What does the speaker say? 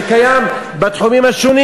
זה קיים בתחומים השונים,